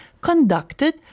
conducted